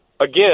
again